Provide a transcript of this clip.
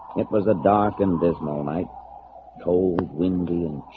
it was a dark and dismal night cold windy